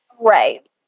Right